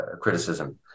criticism